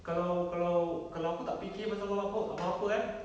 kalau kalau kalau aku tak fikir pasal apa-apa apa-apa eh